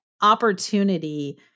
opportunity